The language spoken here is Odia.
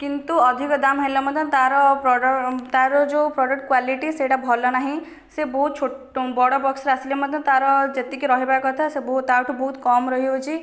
କିନ୍ତୁ ଅଧିକ ଦାମ ହେଲେ ମଧ୍ୟ୍ୟ ତା'ର ତା'ର ଯେଉଁ ପ୍ରଡକ୍ଟ କ୍ୱାଲିଟି ସେଇଟା ଭଲ ନାହିଁ ସେ ବହୁତ ଛୋଟ ବଡ ବକ୍ସରେ ଆସିଲେ ମଧ୍ୟ୍ୟ ତା'ର ଯେତିକି ରହିବା କଥା ସେ ବହୁତ ତା'ଠୁ ବହୁତ କମ୍ ରହିହୋଉଛି